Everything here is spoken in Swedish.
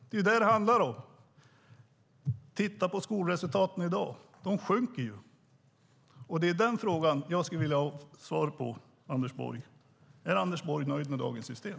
Det är detta som det handlar om. Titta på skolresultaten i dag. De sjunker. Jag vill ha svar på frågan: Är Anders Borg nöjd med dagens system?